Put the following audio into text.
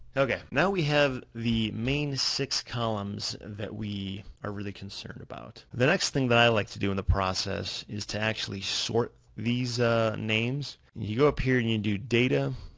okay, now we have the main six columns that we are really concerned about. the next thing that i like to do in the process is to actually sort these ah names, and you go up here and you and do data,